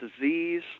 disease